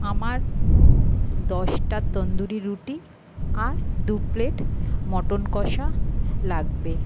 আমার দশটা তন্দুরি রুটি আর দু প্লেট মটন কষা লাগবে